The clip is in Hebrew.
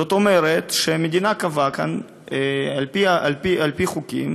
זאת אומרת שהמדינה קבעה כאן על-פי חוקים